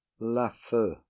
Lafeu